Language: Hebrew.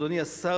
אדוני השר,